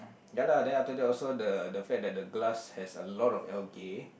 ya lah then after that also the the fact that the glass has a lot of algae